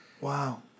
Wow